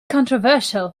controversial